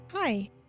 Hi